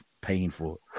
painful